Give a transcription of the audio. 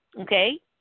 okay